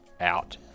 out